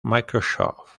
microsoft